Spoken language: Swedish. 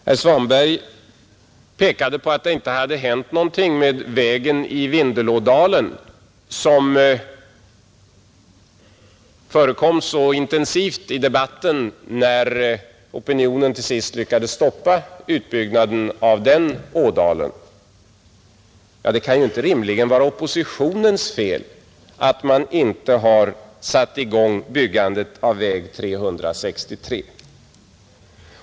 Herr Svanberg pekade på att det inte hade hänt någonting med vägen i Vindelådalen, som förekom så intensivt i debatten när opinionen till sist lyckades stoppa utbyggnaden av den älven. Ja, men det kan väl inte rimligen vara oppositionens fel att man inte har satt i gång byggandet av väg 363?